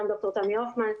גם ד"ר תמי הופמן.